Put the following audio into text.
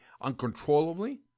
uncontrollably